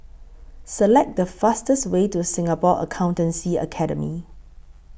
Select The fastest Way to Singapore Accountancy Academy